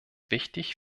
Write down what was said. wichtig